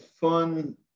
fun